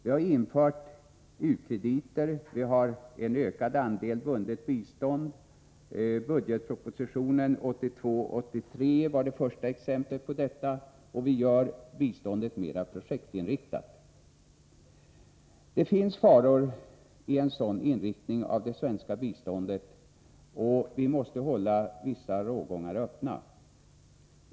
Vi har infört u-krediter, vi har en ökad andel bundet bistånd, vilket budgetpropositionen 1982/83 var det första exemplet på, och vi gör biståndet mer projektinriktat. Det finns faror i en sådan inriktning av det svenska biståndet, varför vi måste hålla vissa rågångar öppna.